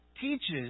teaches